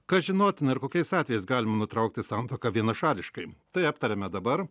kas žinotina ir kokiais atvejais galime nutraukti santuoką vienašališkai tai aptariame dabar